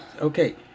Okay